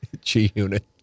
G-Unit